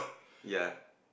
ya